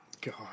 God